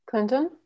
Clinton